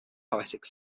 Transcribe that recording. poetic